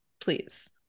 please